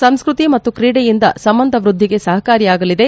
ಸಂಸ್ಕೃತಿ ಮತ್ತು ತ್ರೀಡೆಯಿಂದ ಸಂಬಂಧ ವೃದ್ಧಿಗೆ ಸಹಕಾರಿಯಾಗಲಿದೆ